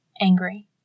angry